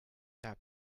tag